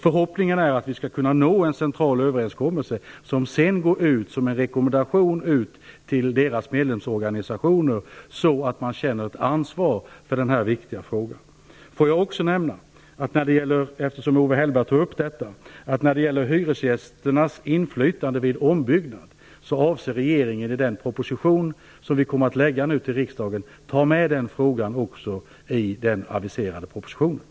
Förhoppningen är att vi skall kunna nå en central överenskommelse som sedan går ut som en rekommendation till deras medlemsorganisationer, så att man känner ett ansvar för denna viktiga fråga. Eftersom Owe Hellberg tog upp det vill jag nämna att regeringen i den proposition som vi nu kommer att lägga fram inför riksdagen avser att ta upp frågan om hyresgästernas inflytande vid ombyggnad.